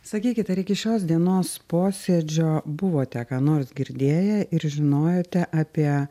sakykit ar iki šios dienos posėdžio buvote ką nors girdėję ir žinojote apie